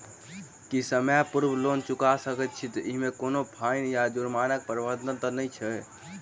की समय पूर्व लोन चुका सकैत छी ओहिमे कोनो फाईन वा जुर्मानाक प्रावधान तऽ नहि अछि?